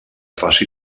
faci